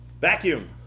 Vacuum